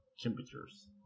temperatures